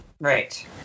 right